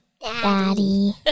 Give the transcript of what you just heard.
Daddy